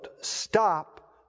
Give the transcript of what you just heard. stop